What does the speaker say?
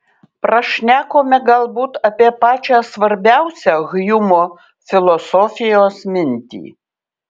prašnekome galbūt apie pačią svarbiausią hjumo filosofijos mintį